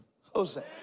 Jose